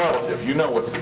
relative. you know what.